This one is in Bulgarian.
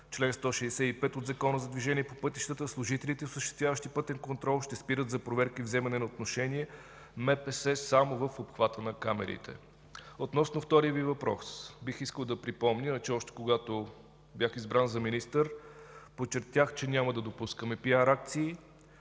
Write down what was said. чл. 165 от Закона за движението по пътищата служителите, осъществяващи пътен контрол, ще спират за проверка и вземане на отношение МПС само в обхвата на камерите. Относно втория Ви въпрос бих искал да припомня, че още когато бях избран за министър, подчертах, че няма да допускаме пиар акции.